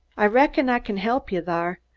i reckon i kin help ye thar.